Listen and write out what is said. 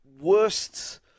worst